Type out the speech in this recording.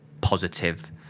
positive